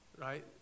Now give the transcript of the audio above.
right